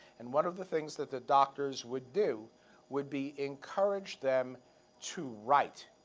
and one of the things that the doctors would do would be encourage them to write.